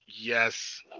yes